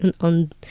on